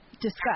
discuss